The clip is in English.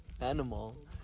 animal